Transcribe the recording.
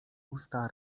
usta